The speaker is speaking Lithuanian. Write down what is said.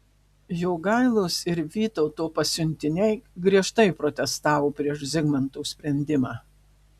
jogailos ir vytauto pasiuntiniai griežtai protestavo prieš zigmanto sprendimą